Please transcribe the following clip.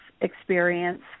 experience